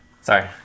Sorry